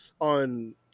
on